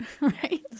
right